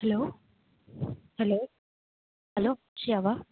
hello hello hello அக்ஷயாவா